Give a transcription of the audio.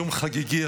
יום חגיגי,